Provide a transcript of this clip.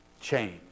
change